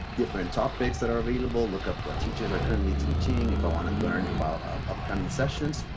different topics that are available, look up what teachers are currently teaching, if i want to learn about upcoming sessions,